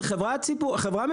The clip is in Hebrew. זאת חברה ממשלתית,